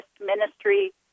ministry